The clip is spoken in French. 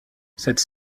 cette